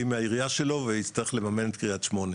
מהעירייה שלו ויצטרך לממן את קריית שמונה.